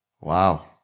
Wow